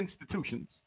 institutions